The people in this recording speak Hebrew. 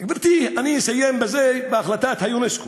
גברתי, אני אסיים בהחלטת אונסק"ו.